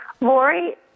Lori